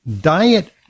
diet